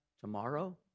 tomorrow